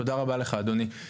תודה רבה לך, אדוני.